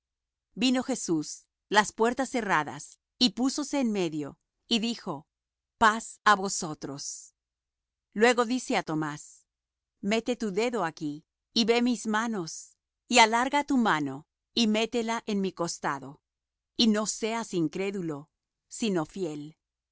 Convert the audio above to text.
vino jesús las puertas cerradas y púsose en medio y dijo paz á vosotros luego dice á tomás mete tu dedo aquí y ve mis manos y alarga acá tu mano y métela en mi costado y no seas incrédulo sino fiel